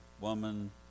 woman